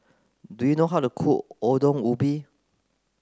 do you know how to cook Ongol Ubi